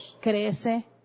crece